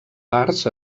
parts